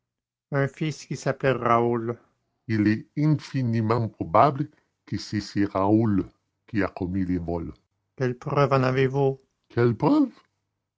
un fils qui s'appelait raoul il est infiniment probable que c'est ce raoul qui a commis le vol quelle preuve en avez-vous quelle preuve